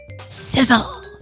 Sizzle